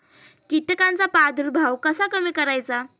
कीटकांचा प्रादुर्भाव कसा कमी करायचा?